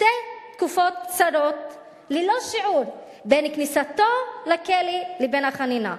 שתי תקופות קצרות ללא שיעור בין כניסתו לכלא לבין החנינה,